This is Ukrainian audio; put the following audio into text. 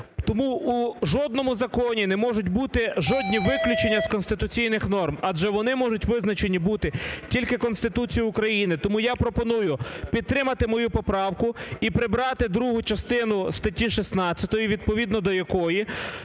Тому у жодному законі не можуть бути жодні виключення з конституційних норм, адже вони можуть визначені бути тільки Конституцією України. Тому я пропоную підтримати мою поправку і прибрати другу частину статті 16, відповідно до якої